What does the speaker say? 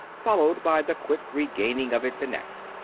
followed by the quick regaining of it the next.